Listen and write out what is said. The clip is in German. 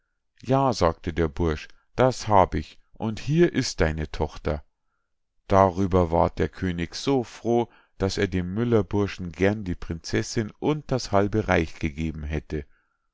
ja sagte der bursch das hab ich und hier ist deine tochter darüber ward der könig so froh daß er dem müllerburschen gern die prinzessinn und das halbe reich gegeben hätte